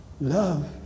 Love